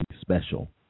special